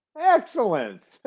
Excellent